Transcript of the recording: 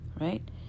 right